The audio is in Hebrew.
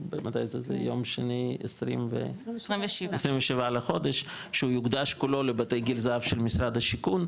ביום שני 27 לחודש שהוא יוקדש כולו לבתי גיל הזהב של משרד השיכון,